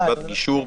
ישיבת גישור,